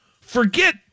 Forget